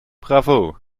bravo